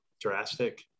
drastic